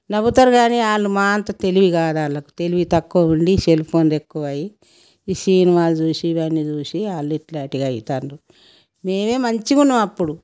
నవ్వుతారు కానీ వాళ్ళు మా అంత తెలివి కాదు వాళ్ళుకు తెలివి తక్కువ ఉండి సెల్ ఫోన్లు ఎక్కువయ్యి ఈ సినిమాలు చూసి ఇవన్నీ చూసి వాళ్ళు ఇట్లాంటిగా ఆవుతున్నారు మేమే మంచిగున్నాం అప్పుడు